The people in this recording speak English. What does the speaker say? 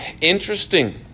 interesting